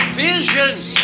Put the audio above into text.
visions